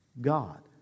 God